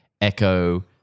Echo